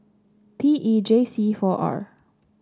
P E J C four R